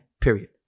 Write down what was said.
Period